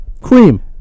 Cream